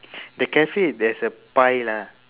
the cafe there's a pie lah